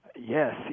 yes